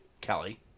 Kelly